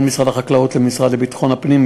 בין משרד החקלאות למשרד לביטחון הפנים,